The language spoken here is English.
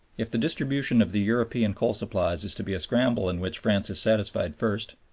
if the distribution of the european coal supplies is to be a scramble in which france is satisfied first,